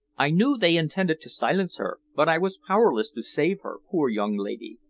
i knew they intended to silence her, but i was powerless to save her, poor young lady.